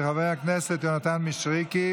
של חבר הכנסת יונתן מישרקי,